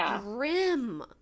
grim